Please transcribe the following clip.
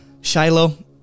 Shiloh